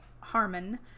Harman